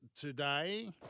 today